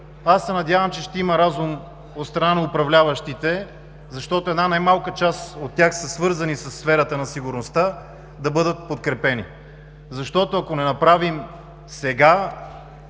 надявам се, че ще има разум от страна на управляващите, защото една немалка част от тях са свързани със сферата на сигурността, да бъдат подкрепени. Ако не направим сега